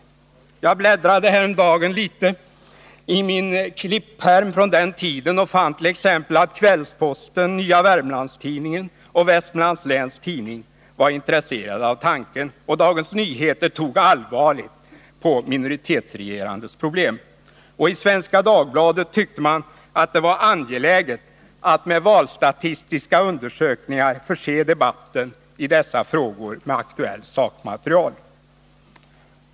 Jag 121 bläddrade häromdagen litet i min klippärm från den tiden och fann t.ex. att Kvällsposten, Nya Wermlands-Tidningen och Vestmanlands Läns Tidning var intresserade av tanken. Dagens Nyheter tog allvarligt på minoritetsregerandets problem, och i Svenska Dagbladet tyckte man att det var angeläget att med valstatistiska undersökningar förse debatten i dessa frågor med aktuellt sakmaterial.